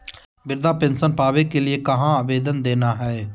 वृद्धा पेंसन पावे के लिए कहा आवेदन देना है?